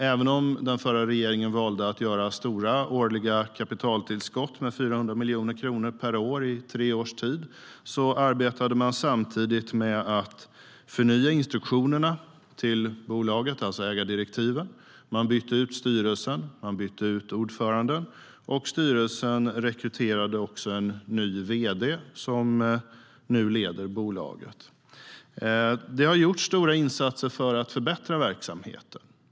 Även om den förra regeringen valde att göra stora årliga kapitaltillskott med 400 miljoner kronor per år i tre års tid arbetade man samtidigt med att förnya instruktionerna till bolaget, alltså ägardirektiven. Man bytte ut styrelsen, och man bytte ut ordföranden. Styrelsen rekryterade också en ny vd, som nu leder bolaget. Det har gjorts stora insatser för att förbättra verksamheten.